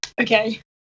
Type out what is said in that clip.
Okay